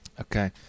Okay